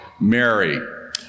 Mary